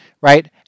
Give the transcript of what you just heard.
right